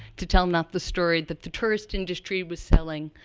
to tell not the story that the tourist industry was selling,